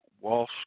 Walsh